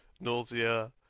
Nausea